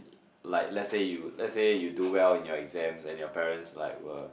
like let's say you let's say you do well in your exams and your parents like were